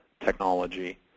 technology